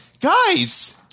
Guys